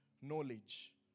Knowledge